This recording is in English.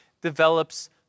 develops